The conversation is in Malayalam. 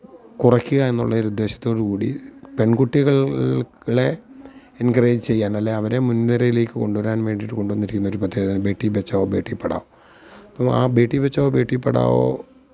കുറയ്ക്കുക എന്നുള്ള ഒരു ഉദ്ദേശത്തോടു കൂടി പെൺകുട്ടികളെ എന്കറേജ് ചെയ്യാന് അല്ലേ അവരെ മുന് നിരയിലേക്ക് കൊണ്ടുവരാന് വേണ്ടിയിട്ട് കൊണ്ട് വന്നിരിക്കുന്ന ഒരു പദ്ധതിയാണ് ബേട്ടി ബച്ചാവോ ബേട്ടി പഠാ അപ്പം ആ ബേട്ടി ബച്ചാവോ ബേട്ടി പഠാവോ